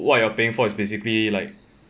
what you are paying for is basically like